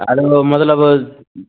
आरो ओ मतलब